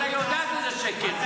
וזאת בושה לכנסת,